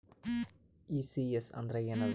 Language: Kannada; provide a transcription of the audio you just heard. ಈ.ಸಿ.ಎಸ್ ಅಂದ್ರ ಏನದ?